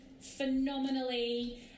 phenomenally